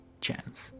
chance